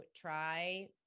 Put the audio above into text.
try